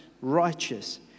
righteous